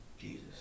Jesus